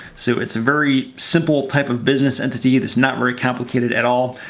so it's a very simple type of business entity that's not very complicated at all,